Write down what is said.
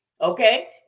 okay